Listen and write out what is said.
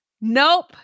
Nope